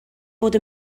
bod